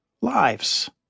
lives